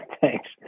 Thanks